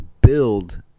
build